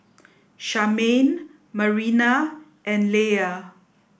Charmaine Marina and Leia